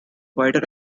wider